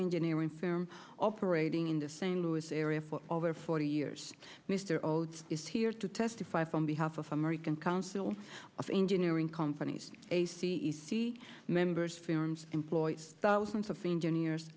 engineering firm operating in the same louis area for over forty years mr oates is here to testify on behalf of american council of engineering companies a c e c members fans employs thousands of seniors